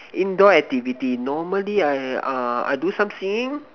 indoor activity normally I ah I do some singing